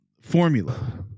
formula